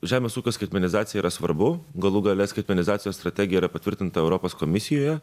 žemė ūkio skaitmenizacija yra svarbu galų gale skaitmrnizacijos strategija yra patvirtinta europos komisijoje